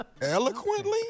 Eloquently